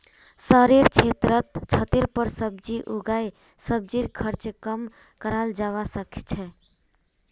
शहरेर क्षेत्रत छतेर पर सब्जी उगई सब्जीर खर्च कम कराल जबा सके छै